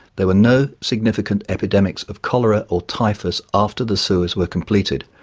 there were no significant epidemics of cholera or typhus after the sewers were completed,